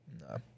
No